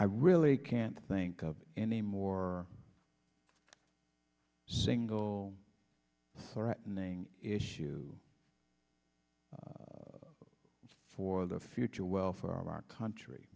i really can't think of any more single threatening issue for the future welfare of our country